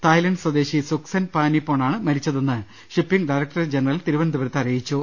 Thailand സ്വദേശി Suksen പാനിപോണാണ് മരിച്ചതെന്ന് ഷിപ്പിങ് ഡയറക്ടറേറ്റ് ജനറൽ തിരുവന ന്തപുരത്ത് അറിയിച്ചു